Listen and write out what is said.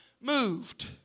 moved